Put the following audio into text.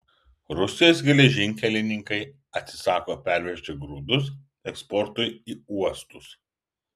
rusijos geležinkelininkai atsisako pervežti grūdus eksportui į uostus